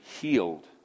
healed